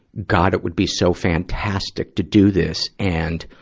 god, it would be so fantastic to do this, and,